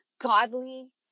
godly